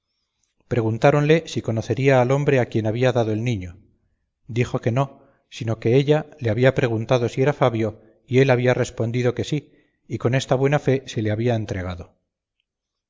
temblando preguntáronle si conocería al hombre a quien había dado el niño dijo que no sino que ella le había preguntado si era fabio y él había respondido que sí y con esta buena fe se le había entregado